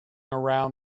around